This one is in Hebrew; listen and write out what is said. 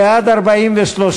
בעד, 43,